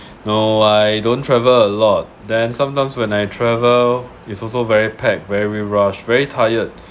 no I don't travel a lot then sometimes when I travel is also very packed very rush very tired